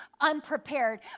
unprepared